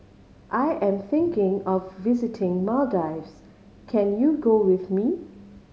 I am thinking of visiting Maldives can you go with me